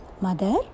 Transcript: Mother